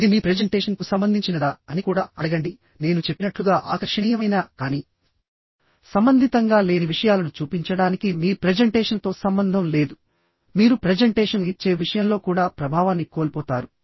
ఇది మీ ప్రెజెంటేషన్కు సంబంధించినదా అని కూడా అడగండి నేను చెప్పినట్లుగా ఆకర్షణీయమైనకానీ సంబంధితంగా లేని విషయాలను చూపించడానికి మీ ప్రెజెంటేషన్తో సంబంధం లేదు మీరు ప్రెజెంటేషన్ ఇచ్చే విషయంలో కూడా ప్రభావాన్ని కోల్పోతారు